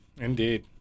Indeed